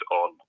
on